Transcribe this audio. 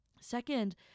Second